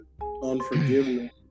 unforgiveness